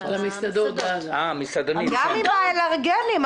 גם לגבי הילדים עם האלרגיות,